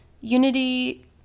unity